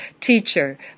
teacher